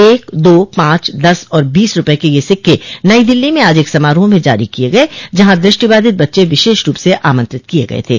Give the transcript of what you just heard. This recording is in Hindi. एक दो पांच दस और बीस रूपये के ये सिक्के नई दिल्ली में आज एक समारोह में जारी किये गये जहां दृष्टि बाधित बच्चे विशेष रूप स आमंत्रित किये गये थे